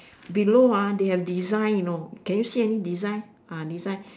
below ah they have design you know can you see any design ah design